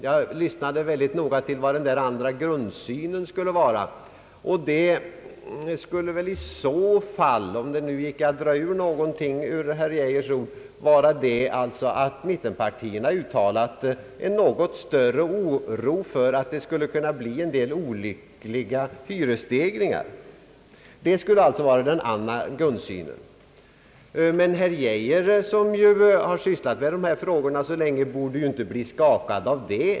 Jag lyssnade noga till vad denna grundsyn skulle vara. Om det gick att dra ut någonting ur herr Geijers ord skulle det vara att mittenpartierna uttalat en något större oro för att det skulle kunna bli en del olyckliga hyresstegringar. Men herr Geijer, som har sysslat med dessa frågor så mycket, borde inte bli skakad av det.